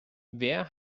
wer